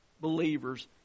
believers